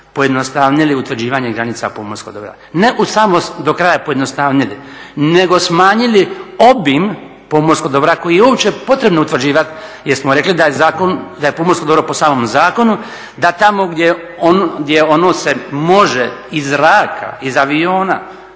pojednostavili utvrđivanje granica pomorskog dobra. Ne samo do kraja pojednostavili, nego smanjili obim pomorskog dobra koji je uopće potrebno utvrđivati jer smo rekli da je zakon, da je pomorsko dobro po samom zakonu, da tamo gdje ono se može iz zraka, iz aviona